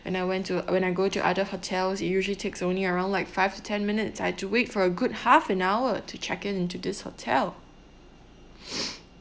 and I went to when I go to other hotels it usually takes only around like five to ten minutes I had to wait for a good half an hour to check in to this hotel